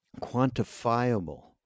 quantifiable